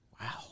Wow